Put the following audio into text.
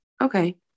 Okay